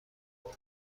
امور